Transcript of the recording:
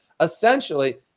essentially